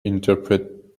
interpret